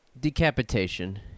decapitation